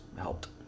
helped